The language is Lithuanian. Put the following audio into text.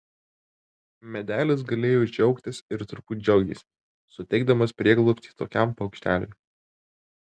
medelis galėjo džiaugtis ir turbūt džiaugėsi suteikdamas prieglobstį tokiam paukšteliui